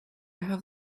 have